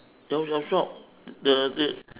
jau jau sock